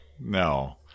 No